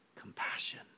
Compassion